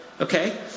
Okay